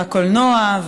והקולנוע,